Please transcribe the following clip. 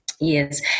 Yes